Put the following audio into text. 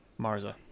Marza